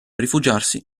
rifugiarsi